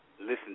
listen